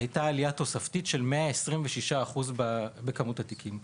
הייתה עלייה תוספתית של 126% בכמות התיקים.